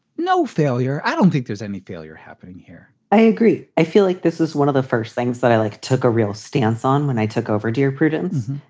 no failure. i don't think there's any failure happening here i agree. i feel like this is one of the first things that i like took a real stance on when i took over dear prudence.